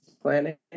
planet